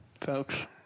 folks